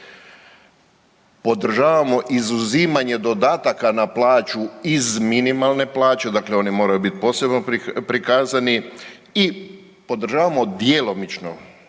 podržavamo izuzimanje dodataka na plaću iz minimalne plaće dakle one moraju biti posebno prikazani i podržavamo djelomično,